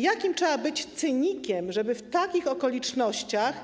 Jakim trzeba być cynikiem, żeby w takich okolicznościach